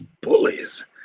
bullies